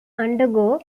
undergo